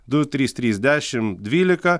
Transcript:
du trys trys dešimt dvylika